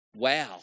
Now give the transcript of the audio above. wow